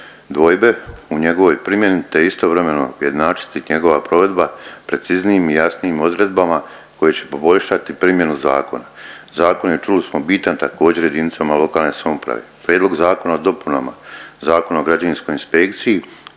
dvojbe o njegovoj primjeni te istovremeno ujednačiti njegova provedba preciznijim i jasnijim odredbama koje će poboljšati primjenu zakona. Zakon je čuli smo bitan također jedinicama lokalne samouprave. Prijedlog zakona o dopunama Zakona o građevinskoj inspekciji